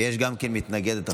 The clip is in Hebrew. ויש גם מתנגדת אחת.